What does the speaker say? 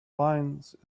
finds